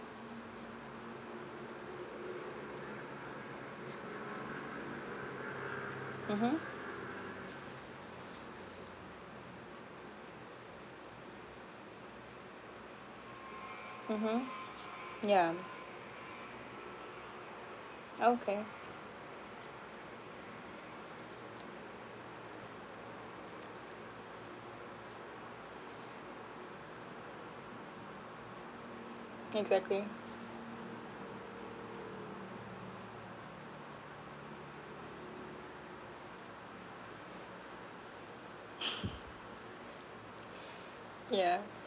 mmhmm mmhmm yeah okay exactly yeah